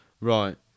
right